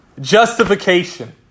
justification